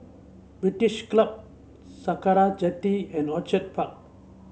British Club Sakra Jetty and Orchid Park